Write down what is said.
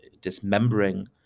dismembering